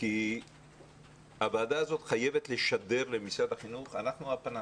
כי הוועדה הזאת חייבת לשדר למשרד החינוך אנחנו הפנס.